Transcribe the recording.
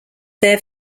their